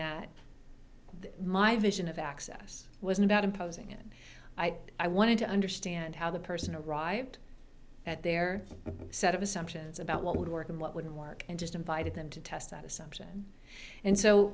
that my vision of access was about imposing it i i wanted to understand how the person arrived at their set of assumptions about what would work and what would work and just invited them to test that assumption and so